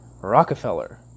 Rockefeller